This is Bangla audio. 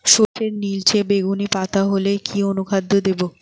সরর্ষের নিলচে বেগুনি পাতা হলে কি অনুখাদ্য দেবো?